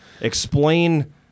Explain